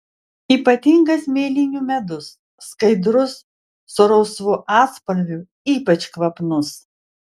ypatingas mėlynių medus skaidrus su rausvu atspalviu ypač kvapnus